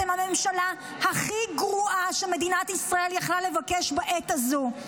אתם הממשלה הכי גרועה שמדינת ישראל יכלה לבקש בעת הזו,